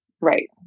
Right